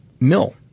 Mill